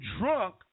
drunk